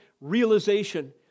realization